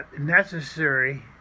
necessary